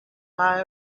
buy